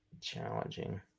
challenging